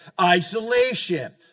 isolation